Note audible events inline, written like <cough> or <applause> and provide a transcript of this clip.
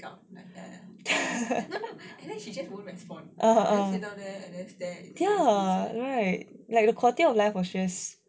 <laughs> uh ya I know right like quality of life was just